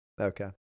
Okay